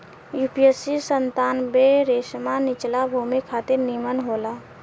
UPC सत्तानबे रेशमा निचला भूमि खातिर निमन होला